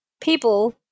people